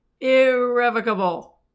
Irrevocable